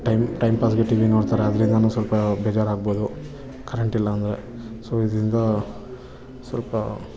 time time ಪಾಸ್ಗೆ T V ನೋಡ್ತಾರೆ ಅದರಿಂದನು ಸ್ವಲ್ಪ ಬೇಜಾರ್ಗ್ಬೋದು ಕರೆಂಟಿಲ್ಲಾಂದರೆ ಸೋ ಇದರಿಂದ ಸ್ವಲ್ಪ